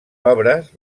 obres